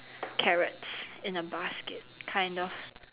carrots in a basket kind of